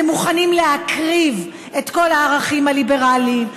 אתם מוכנים להקריב את כל הערכים הליברליים,